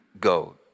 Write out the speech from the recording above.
go